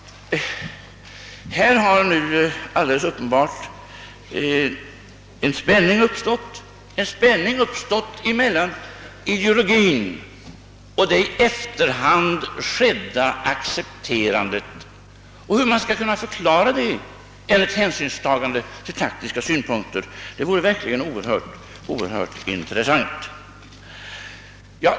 Här har nu alldeles uppenbart en spänning uppstått mellan ideologin och accepterandet i efterhand, och hur man skall kunna förklara det med hänsynstagande till taktiska synpunkter vore verkligen oerhört intressant att höra.